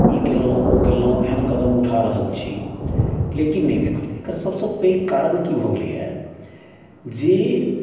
ई केलहुँ ओ केलहुँ एहन कदम उठा रहल छी लेकिन नहि देखलियै एकर सभसँ पैघ कारण की भऽ गेलैया जे